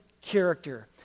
character